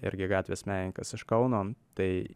irgi gatvės menininkas iš kauno tai